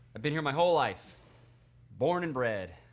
i've been here my whole life born and bred